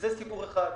זה סיפור אחד.